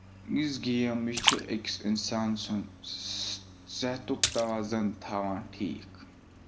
یِژھ گیم یہِ چھُ أکِس اِنسان سُند صحتُک تَوازُن تھاوان ٹھیٖک